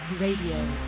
Radio